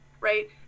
right